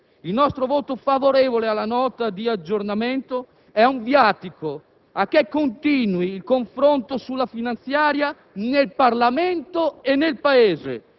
Il nostro voto favorevole alla Nota di aggiornamento è un viatico per far sì che continui il confronto sulla finanziaria, nel Parlamento e nel Paese,